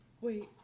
Wait